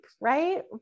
right